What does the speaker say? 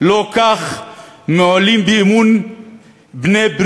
לא כך מועלים באמון בעלי-ברית,